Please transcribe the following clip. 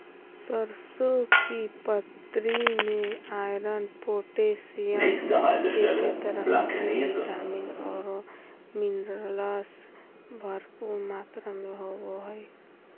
सरसों की पत्ति में आयरन, पोटेशियम, केते तरह के विटामिन औरो मिनरल्स भरपूर मात्रा में होबो हइ